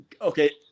Okay